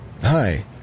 Hi